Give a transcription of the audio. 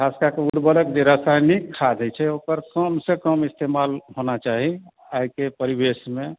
ख़ास कए कऽ उर्वरक जे रसायनिक खाद होइ छै ओकर कमसे कम इस्तेमाल होना चाही आइके परिवेशमे